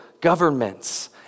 governments